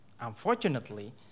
unfortunately